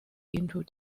into